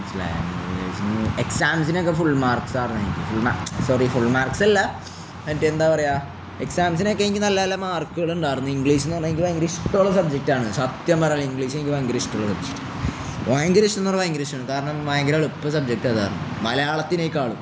എക്സാംസിനൊക്കെ full മാർക്സായിരുന്നു എനിക്ക് full mark sorry full marks അല്ല മറ്റ് എന്താണ് പറയുക എക്സാംസിനൊക്കെ എനിക്ക് നല്ല നല്ല മാർക്കുകളുണ്ടായിരുന്നു ഇംഗ്ലീഷ് എന്നുപറഞ്ഞാല് എനിക്ക് ഭയങ്കരമിഷ്ടമുള്ള സബ്ജക്റ്റാണ് സത്യം പറയാമല്ലോ ഇംഗ്ലീഷ് എനിക്ക് ഭയങ്കരം ഇഷ്ടമുള്ള സബ്ജക്റ്റാണ് ഭയങ്കരം ഇഷ്ടമെന്ന് പറഞ്ഞാല് ഭയങ്കരം ഇഷ്ടമാണ് കാരണം ഭയങ്കരം എളുപ്പം സബ്ജക്റ്റ് അതായിരുന്നു മലയാളത്തെക്കാളും